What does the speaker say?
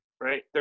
right